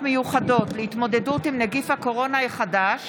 מיוחדות להתמודדות עם נגיף הקורונה החדש